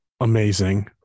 Amazing